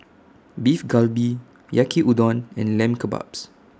Beef Galbi Yaki Udon and Lamb Kebabs